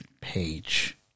page